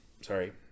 sorry